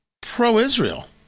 pro-Israel